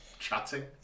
chatting